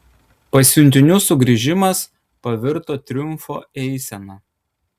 pasiuntinių sugrįžimas pavirto triumfo eisena